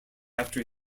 after